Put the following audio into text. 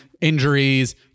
injuries